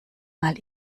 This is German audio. mal